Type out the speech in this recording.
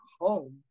Home